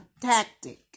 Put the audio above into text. tactic